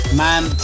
man